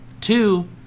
Two